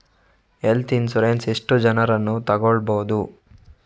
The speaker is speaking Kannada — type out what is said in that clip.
ಹೆಲ್ತ್ ಇನ್ಸೂರೆನ್ಸ್ ಎಷ್ಟು ಜನರನ್ನು ತಗೊಳ್ಬಹುದು?